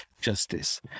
justice